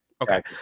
Okay